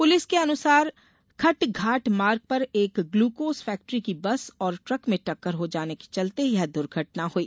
police के अनुसार खटघाट मार्ग पर एक ग्लूकोस फैक्टरी की बस और ट्रक में टक्कर हो जाने के चलते ये दुर्घटना हुई